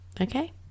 okay